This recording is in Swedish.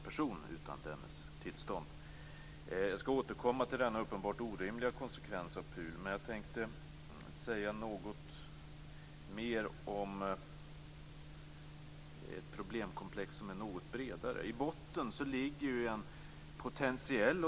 Personuppgiftslagen trädde i kraft samtidigt som vi i princip alla i den här salen insåg att lagen redan var omodern i sin utformning.